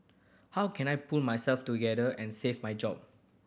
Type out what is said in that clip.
how can I pull myself together and save my job